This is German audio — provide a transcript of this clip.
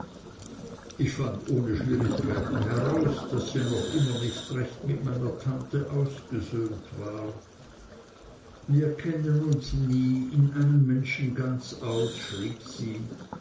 ich fand ohne schwierigkeiten heraus daß sie noch immer nicht recht mit meiner tante ausgesöhnt war wir kennen uns nie in einem menschen ganz aus schrieb sie